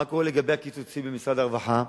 מה קורה לגבי הקיצוצים במשרד הרווחה,